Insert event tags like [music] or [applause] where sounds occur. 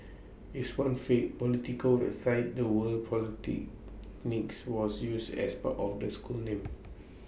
is one fake political website the word [unintelligible] was used as part of the school name